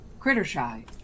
Crittershy